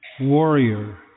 warrior